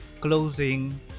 closing